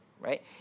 right